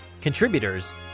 contributors